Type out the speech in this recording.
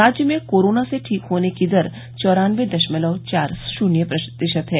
राज्य में कोरोना से ठीक होने की दर चौरान्नबे दशमलव चार शून्य प्रतिशत है